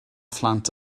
phlant